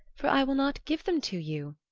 for i will not give them to you,